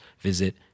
visit